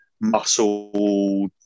muscle